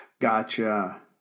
Gotcha